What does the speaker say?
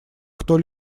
кто